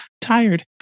tired